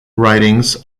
writings